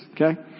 okay